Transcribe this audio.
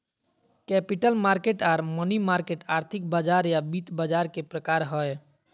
capital market आर money market आर्थिक बाजार या वित्त बाजार के प्रकार हय